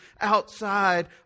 outside